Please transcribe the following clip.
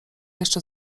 jeszcze